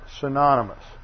synonymous